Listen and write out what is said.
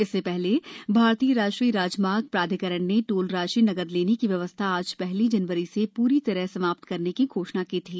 इससे पहले भारतीय राष्ट्रीय राजमार्ग प्राधिकरण ने टोल राशि नकद लेने की व्यवस्था आज पहली जनवरी से प्री तरह समाप्त करने की घोषणा की थी